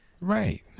Right